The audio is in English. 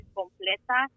completa